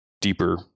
deeper